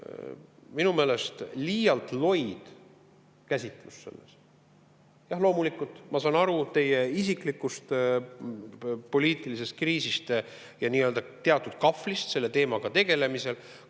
minu meelest liialt loid käsitlus sellest. Loomulikult, ma saan aru teie isiklikust poliitilisest kriisist ja teatud kahvlist selle teemaga tegelemisel.